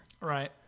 Right